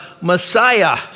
Messiah